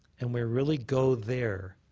and we really go there,